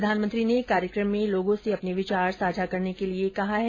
प्रधानमंत्री ने कार्यक्रम में लोगों से अपने विचार साझा करने के लिए कहा है